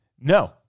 No